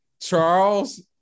Charles